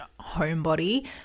homebody